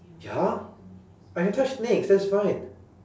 ya I can touch snakes that's fine